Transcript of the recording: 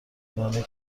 میزنه